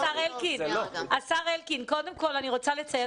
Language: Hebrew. אני רוצה לציין